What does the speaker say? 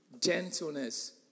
gentleness